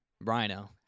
Rhino